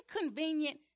inconvenient